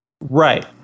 Right